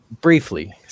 briefly